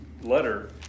letter